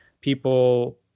people